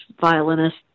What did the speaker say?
violinist